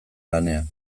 lanean